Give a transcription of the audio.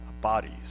bodies